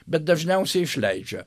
bet dažniausiai išleidžia